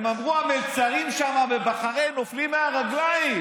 הם אמרו: המלצרים שם בבחריין נופלים מהרגליים,